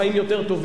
באמת,